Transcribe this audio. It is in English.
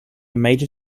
major